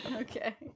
Okay